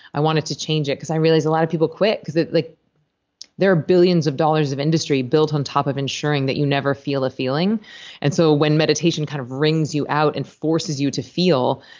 i wanted to change it, because i realized a lot of people quit because like there are billions of dollars of industry built on top of ensuring that you never feel a feeling and so when meditation kind of wrings you out and forces you to feel,